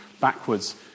backwards